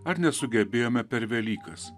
ar nesugebėjome per velykas